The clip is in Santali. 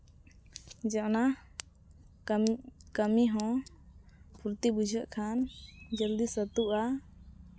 ᱡᱮ ᱚᱱᱟ ᱠᱟᱹᱢᱤ ᱦᱚᱸ ᱯᱷᱩᱨᱛᱤ ᱵᱩᱡᱷᱟᱹᱜ ᱠᱷᱟᱱ ᱡᱚᱞᱫᱤ ᱥᱟᱹᱛᱳᱜᱼᱟ